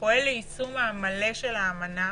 פועל ליישום המלא של האמנה,